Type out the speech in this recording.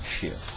shift